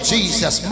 Jesus